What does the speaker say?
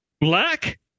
black